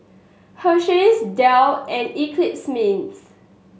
Hersheys Dell and Eclipse Mints